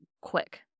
quick